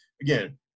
again